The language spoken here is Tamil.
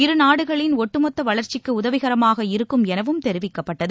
இருநாடுகளின் ஒட்டுமொத்த வளர்ச்சிக்கு உதவிகரமாக இருக்கும் எனவும் தெரிவிக்கப்பட்டது